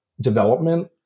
development